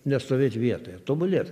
nestovėt vietoje tobulėt